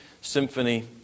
Symphony